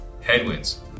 headwinds